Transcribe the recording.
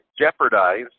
jeopardize